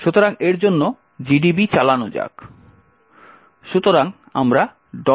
সুতরাং এর জন্য GDB চালানো যাক